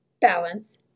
Balance